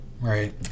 Right